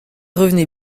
revenez